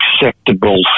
acceptable